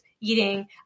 eating